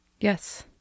Yes